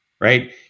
right